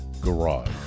garage